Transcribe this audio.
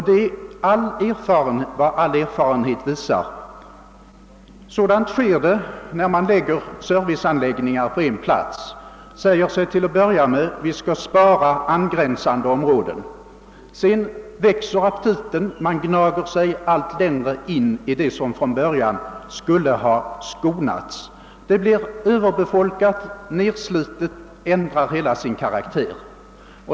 Detta är vad all erfarenhet visar. Sådant sker när man lägger serviceanläggningar på en plats. Man säger till en början att man skall skona angränsande områden, men sedan växer aptiten — man gnager sig allt längre in i det som från början var avsett att bli sparat. Området blir överbefolkat, det blir nedslitet och ändrar helt karaktär.